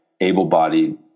able-bodied